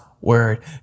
Word